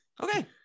Okay